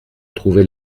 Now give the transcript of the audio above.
trouver